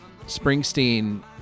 Springsteen